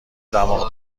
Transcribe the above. دماغ